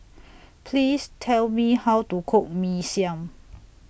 Please Tell Me How to Cook Mee Siam